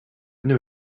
know